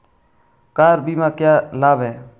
Car बीमा का क्या लाभ है?